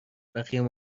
بقیه